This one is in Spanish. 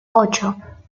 ocho